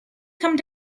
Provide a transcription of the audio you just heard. come